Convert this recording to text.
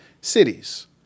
cities